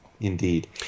Indeed